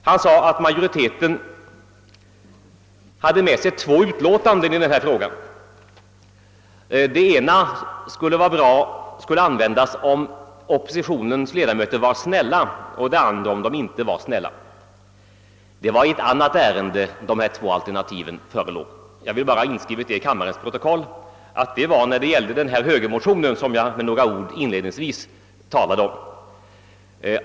Han sade att majoriteten hade med sig två utlåtanden i denna fråga; det ena skulle användas om oppositionens ledamöter var snälla och det andra om de inte var snälla. Det var i ett annat ärende, nämligen när det gällde den motion från moderata samlingspartiet som jag inledningsvis talade om, som dessa två alternativ förelåg — jag vill bara ha detta inskrivet i kammarens protokoll.